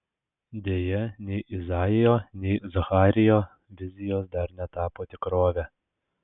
deja nei izaijo nei zacharijo vizijos dar netapo tikrove